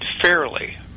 fairly